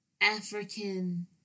African